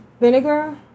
vinegar